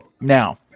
Now